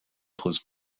plus